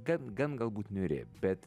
gan gan galbūt niūri bet